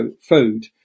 food